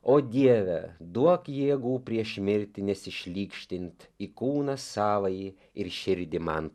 o dieve duok jėgų prieš mirtį nesišlykštint į kūną savąjį ir širdį man